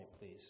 please